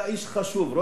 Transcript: אתה איש חשוב,